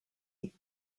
and